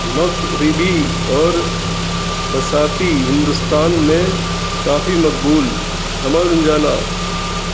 مقربی اور فساتی ہندوستان میں کافی مقبول حما انجالا